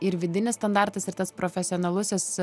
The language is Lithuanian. ir vidinis standartas ir tas profesionalusis